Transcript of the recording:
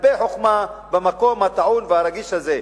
הרבה חוכמה במקום הטעון והרגיש הזה.